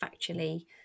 factually